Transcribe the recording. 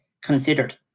considered